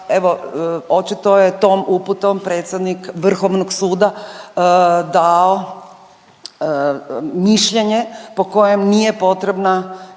evo očito je tom uputom predsjednik Vrhovnog suda dao mišljenje po kojem nije potrebna